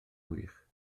wych